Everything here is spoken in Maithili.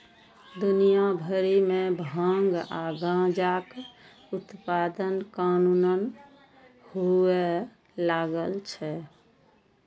दुनिया भरि मे भांग आ गांजाक उत्पादन कानूनन हुअय लागल छै